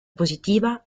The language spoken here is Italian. positiva